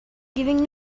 giving